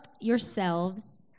yourselves